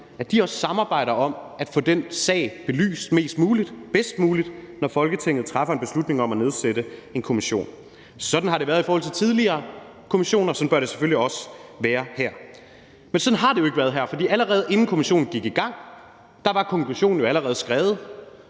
også samarbejder om at få den sag belyst mest muligt, bedst muligt, når Folketinget træffer en beslutning om at nedsætte en kommission. Sådan har det været i forhold til tidligere kommissioner, og sådan bør det selvfølgelig også være her. Men sådan har det jo ikke været her, for allerede inden kommissionen gik i gang, var konklusionen jo skrevet.